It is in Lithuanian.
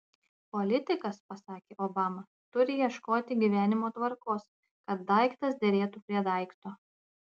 politikas pasakė obama turi ieškoti gyvenimo tvarkos kad daiktas derėtų prie daikto